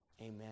amen